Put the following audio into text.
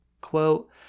Quote